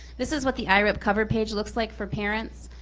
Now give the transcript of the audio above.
this is what the irip cover page looks like for parents.